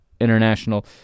international